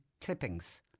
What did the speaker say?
clippings